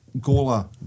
Gola